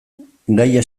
gaia